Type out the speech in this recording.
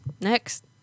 Next